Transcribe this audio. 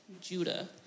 Judah